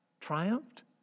triumphed